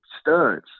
studs